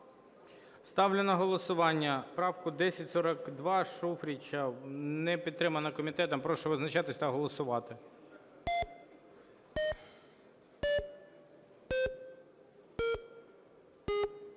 Ставлю на голосування правку 1042 Шуфрича. Не підтримана комітетом. Прошу визначатись та голосувати.